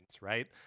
right